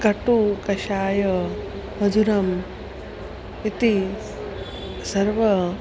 कटुः कषायः मधुरम् इति सर्वं